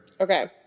Okay